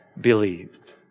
believed